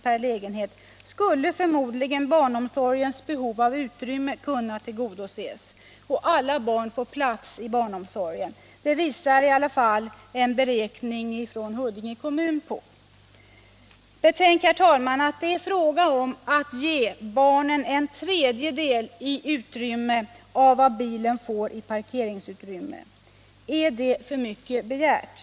per lägenhet skulle förmodligen barnomsorgens behov av utrymme kunna tillgodoses och alla barn få plats i barnomsorgen — det visar den beräkning som gjorts i Huddinge kommun. Betänk, herr talman, att det är fråga om att ge barnen en tredjedel i utrymme av vad bilen får i parkeringsutrymme. Är det för mycket begärt?